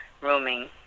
rooming